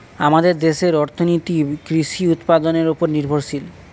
আমাদের দেশের অর্থনীতি কৃষি উৎপাদনের উপর নির্ভরশীল